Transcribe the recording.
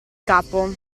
capo